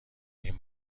این